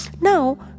Now